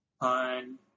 On